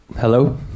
Hello